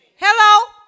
Hello